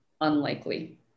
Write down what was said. unlikely